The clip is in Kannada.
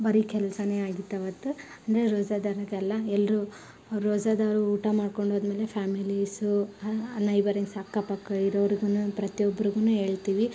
ಬರಿ ಕೆಲಸನೆ ಆಗಿತ್ತು ಅವತ್ತು ಅಂದರೆ ರೋಝದವರಿಗೆಲ್ಲ ಎಲ್ಲರೂ ರೋಝದವರು ಊಟ ಮಾಡ್ಕೊಂಡು ಹೋದ್ಮೇಲೆ ಫ್ಯಾಮಿಲೀಸು ನೈಬರಿಂಗ್ಸ್ ಅಕ್ಕ ಪಕ್ಕ ಇರೋರಿಗೂ ಪ್ರತಿಯೊಬ್ಬರಿಗೂ ಹೇಳ್ತೀವಿ